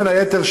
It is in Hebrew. בין היתר,